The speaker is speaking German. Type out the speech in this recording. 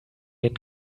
den